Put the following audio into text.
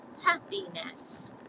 happiness